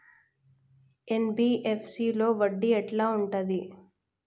NBFC లో వడ్డీ ఎట్లా ఉంటది?